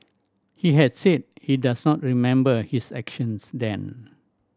he had said he does not remember his actions then